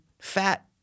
fat